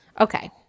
Okay